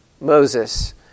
Moses